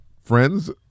friends